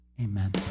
Amen